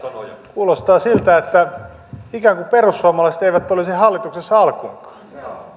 kuulostaa siltä että ikään kuin perussuomalaiset eivät olisi hallituksessa alkuunkaan